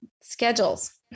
schedules